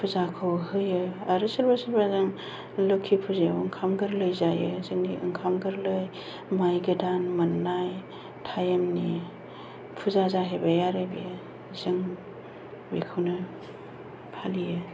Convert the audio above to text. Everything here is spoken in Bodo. फुजाखौ होयो आरो सोरबा सोरबा जों लक्ष्मि फुजायाव ओंखाम गोरलै जायो जोंनि ओंखाम गोरलै माइ गोदान मोननाय टाइमनि फुजा जाहैबाय आरो बेयो जों बेखौनो फालियो